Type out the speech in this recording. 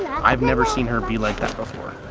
i've never seen her be like that before.